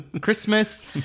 Christmas